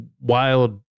wild